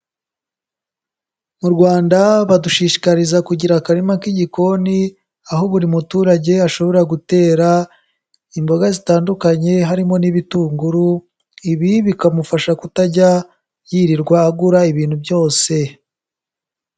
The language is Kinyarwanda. Mu Rwanda badushishikariza kugira akarima k'igikoni aho buri muturage ashobora gutera imboga zitandukanye harimo n'ibitunguru, ibi bikamufasha kutajya yirirwa agura ibintu byose.